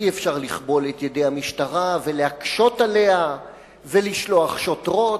ושאי-אפשר לכבול את ידי המשטרה ולהקשות עליה ולשלוח שוטרות,